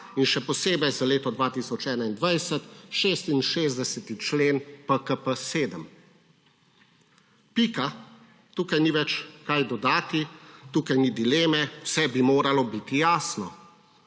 in še posebej za leto 2021, 66. člen PKP-7. Pika, tukaj ni več kaj dodati, tukaj ni dileme, vse bi moralo biti jasno,